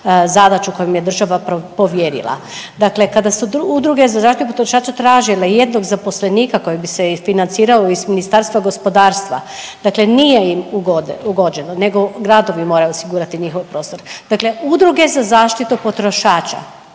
zadaću koju im je država povjerila. Dakle, kada su udruge za zaštitu potrošača tražile jednog zaposlenika koji bi se i financirao iz Ministarstva gospodarstva, dakle nije im ugođeno nego gradovi moraju osigurati njihov prostor. Dakle, udruge za zaštitu potrošača